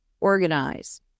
organize